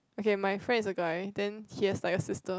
okay my friend is a guy then he has like a sister